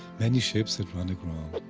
many ships had run aground.